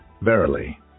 Verily